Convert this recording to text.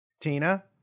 Tina